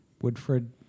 Woodford